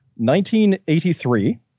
1983